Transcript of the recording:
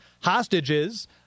Hostages